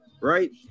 right